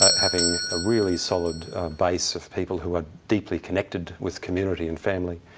um having a really solid base of people who are deeply connected with community and family,